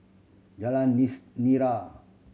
Jalan Nira